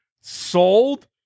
sold